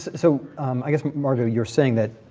so i guess, margot, you're saying that,